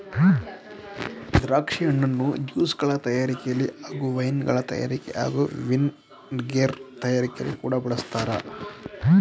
ದ್ರಾಕ್ಷಿ ಹಣ್ಣನ್ನು ಜ್ಯೂಸ್ಗಳ ತಯಾರಿಕೆಲಿ ಹಾಗೂ ವೈನ್ಗಳ ತಯಾರಿಕೆ ಹಾಗೂ ವಿನೆಗರ್ ತಯಾರಿಕೆಲಿ ಕೂಡ ಬಳಸ್ತಾರೆ